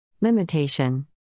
Limitation